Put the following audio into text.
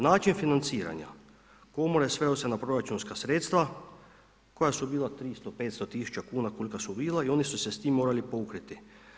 Način financiranja komore sveo se na proračunska sredstva koja su bila 300, 500 000 kuna, kolika su bila i oni su se s time morali pokriti.